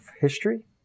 history